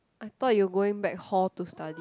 I thought you going back hall to study